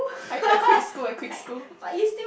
I I quit school I quit school